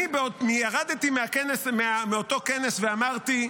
אני ירדתי מאותו כנס ואמרתי: